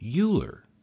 Euler